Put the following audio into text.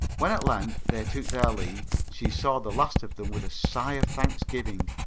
when at length they took their leave, she saw the last of them with a sigh of thanksgiving.